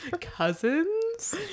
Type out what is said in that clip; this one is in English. cousins